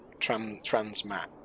transmat